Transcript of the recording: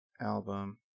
album